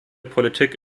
politik